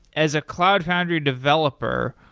as a cloud foundry developer,